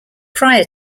prior